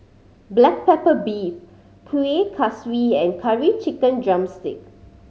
black pepper beef Kuih Kaswi and Curry Chicken drumstick